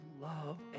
love